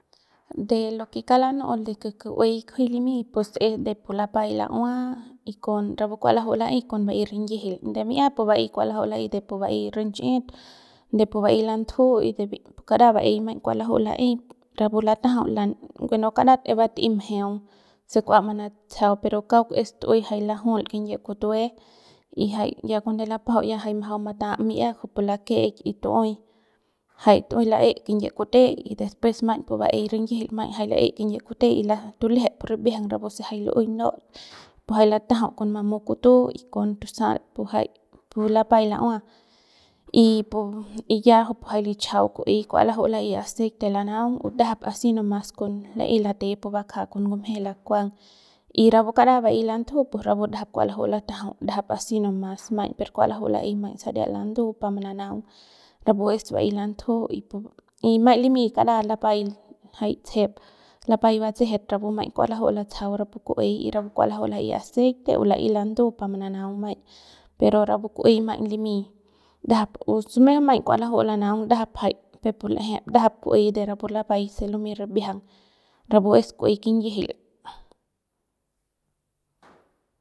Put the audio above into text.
De lo que kauk lanu'u de lo que ku'uey kunji limy pues es de pu lapay la'ua y con rapu kua laju'u la'ey con be'ey rinyijil de mi'ia pu ba'ey kua laju'u laey de pu ba'ey rinchi'it de pu ba'ey lantju y de pu kara ba'ey maiñ kua laju'u la'ey rapu latajau bueno karat es bat'ey mjeung se kua manatsajau pero kauk es tu'uey jay lajul kinyie kutue y ya jay cuando lapajau jay majau mata mi'ia kupu lakeik y tu'uey jay tu'uey la'e kinyie kute y después maiñ pu ba'ey rinyijil ma'ey la'e kinyie kute y tulejep pu ribiajang rapu se jay lu'uey not kujupu jay latajau con mamu kutu y sal pu jay lapay la'ua y pu y ya jay lichajau ku'uey kua laju'u la'ey aceite lanaung o ndajap a si no mas con la'ey late pubakja con ngumje lakuang y rapu kara ba'ey lantju pus rapu ndajap kua laju'u latajau a si no mas maiñ per kua laju'u la'ey maiñ saria landu pa mananaung rapu es ba'ey lantju y pu y maiñ limy kara lapay jay tsejep lapay batsejet rapu maiñ kua laju'u latsajau rapu ku'uey y rapu kua laju'u la'ey aceite o la'ey landu par manaung maiñ pero rapu ku'uey maiñ limy ndajap o sume maiñ kua laju lanaung ndajap jay peuk pu l'eje ndajap ku'uey de rapu lapay se lumey ribiajang rapu es ku'uey kinyijil.